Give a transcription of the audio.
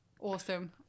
Awesome